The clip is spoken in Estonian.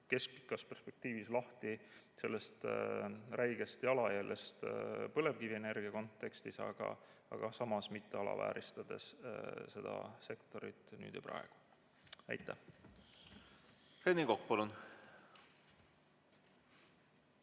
keskpikas perspektiivis lahti sellest räigest jalajäljest põlevkivienergia kontekstis, aga samas mitte alavääristades seda sektorit nüüd ja praegu. Aitäh!